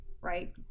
Right